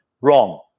Wrong